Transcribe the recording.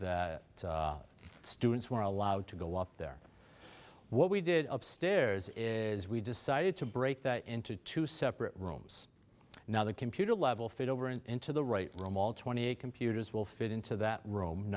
that students were allowed to go up there what we did upstairs is we decided to break that into two separate rooms now that computer level fit over and into the right room all twenty eight computers will fit into that ro